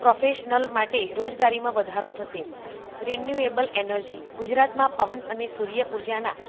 professional માટે રોજગારીમાં વધારો થશે રિન્યુએબલ એનર્જી ગુજરાતમાં પવન અને સૂર્ય ઉર્જાના